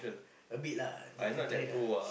a bit lah need to train ah